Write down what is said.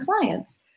clients